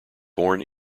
born